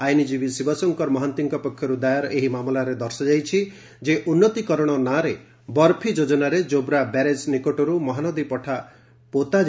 ଆଇନଜୀବୀ ଶିବଶଙ୍କର ମହାନ୍ତିଙ୍କ ପକ୍ଷର୍ ଦାୟର ଏହି ମାମଲାରେ ଦର୍ଶାଯାଇଛି ଯେ ଉନ୍ନତିକରଣ ନାଁରେ ବର୍ଫି ଯୋକ୍କନାରେ ଯୋବ୍ରା ବ୍ୟାରେଜ ନିକଟରୁମହାନଦୀ ପଠା ପୋତାଯାଉଛି